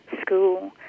school